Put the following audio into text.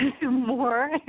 more